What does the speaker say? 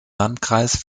landkreis